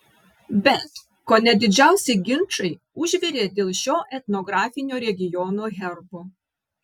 bet kone didžiausi ginčai užvirė dėl šio etnografinio regiono herbo